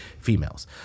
females